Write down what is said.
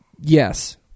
Yes